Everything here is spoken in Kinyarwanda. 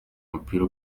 mupira